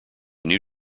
new